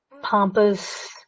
pompous